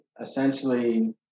essentially